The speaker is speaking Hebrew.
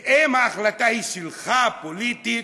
ואם ההחלטה היא שלך, פוליטית,